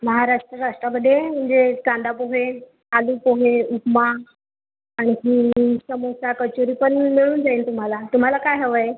महाराष्ट्र राष्ट्रामध्ये म्हणजे कांदापोहे आलूपोहे उपमा आणखी समोसा कचोरी पण मिळू मिळून जाईल तुम्हाला तुम्हाला काय हवं आहे